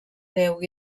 déu